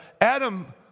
Adam